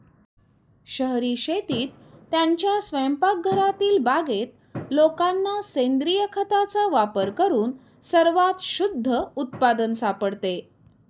शहरी शेतीत, त्यांच्या स्वयंपाकघरातील बागेत लोकांना सेंद्रिय खताचा वापर करून सर्वात शुद्ध उत्पादन सापडते